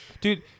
dude